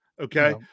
Okay